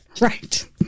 right